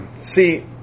See